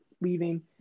leaving